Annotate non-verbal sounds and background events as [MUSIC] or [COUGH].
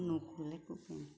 [UNINTELLIGIBLE]